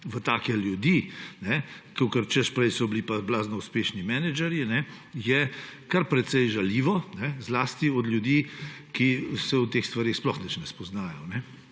v take ljudi, kakor, češ, prej so bili pa blazno uspešni menedžerji, je kar precej žaljivo, zlasti od ljudi, ki se o teh stvareh sploh nič ne spoznajo,